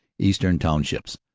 eastern townships,